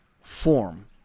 form